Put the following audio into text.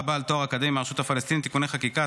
בעל תואר אקדמי מהרשות הפלסטינית (תיקוני חקיקה),